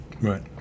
Right